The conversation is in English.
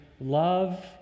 love